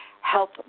help